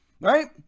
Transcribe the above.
right